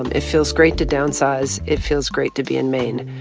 um it feels great to downsize. it feels great to be in maine.